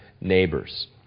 neighbors